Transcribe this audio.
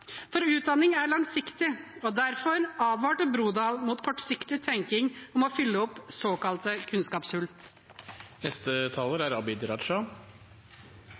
for utdanning er langsiktig og derfor advart Brodal mot kortsiktig tenking om å fylle opp såkalte kunnskapshull. Når Venstre er